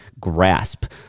grasp